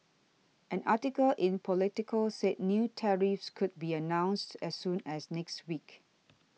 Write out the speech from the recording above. an article in Politico said new tariffs could be announced as soon as next week